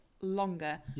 longer